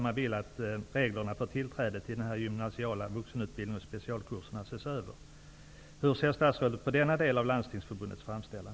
Man vill att reglerna för tillträde till den gymnasiala vuxenutbildningen och specialkurserna ses över. Landstingsförbundets framställan?